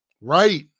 Right